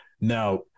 Now